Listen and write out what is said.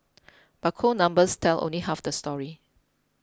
but cold numbers tell only half the story